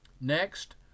Next